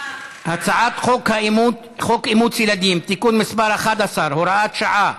הצעת חוק אימוץ ילדים (תיקון מס' 11) (הוראת שעה),